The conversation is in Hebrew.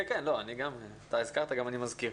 אתה הזכרת וגם אני מזכיר.